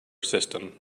system